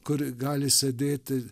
kur gali sėdėti